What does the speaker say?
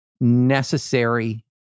necessary